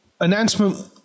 announcement